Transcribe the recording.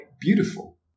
beautiful